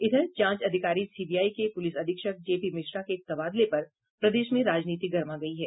इधर जांच अधिकारी सीबीआई के पुलिस अधीक्षक जेपी मिश्रा के तबादले पर प्रदेश में राजनीति गरमा गयी है